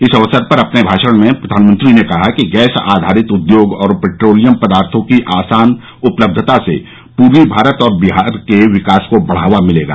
इस अवसर पर अपने भाषण में प्रधानमंत्री ने कहा कि गैस आधारित उद्योग और पेट्रोलियम पदार्थों की आसान उपलब्धता से पूर्वी भारत और बिहार के विकास को बढ़ावा मिलेगा